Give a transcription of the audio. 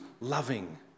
loving